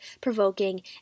provoking